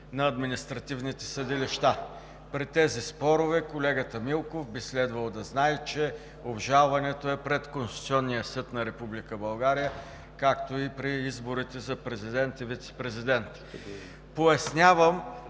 на административните съдилища. При тези спорове колегата Милков би следвало да знае, че обжалването е пред Конституционния съд на Република България, както и при изборите за президент и вицепрезидент. Пояснявам,